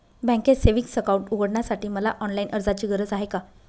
बँकेत savings account उघडण्यासाठी मला ऑनलाईन अर्जाची गरज आहे का?